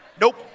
Nope